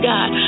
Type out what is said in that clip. God